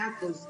אפרת,